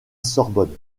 sorbonne